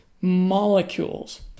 molecules